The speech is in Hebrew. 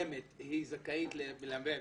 מסוימת זכאית למלווה,